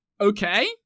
okay